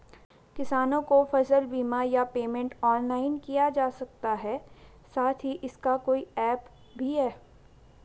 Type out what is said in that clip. किसानों को फसल बीमा या पेमेंट ऑनलाइन किया जा सकता है साथ ही इसका कोई ऐप भी है?